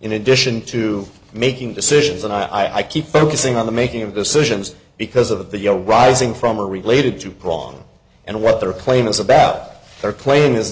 in addition to making decisions and i keep focusing on the making of decisions because of the you know rising from are related to prong and what their claim is about their claim is